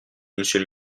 monsieur